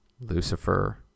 Lucifer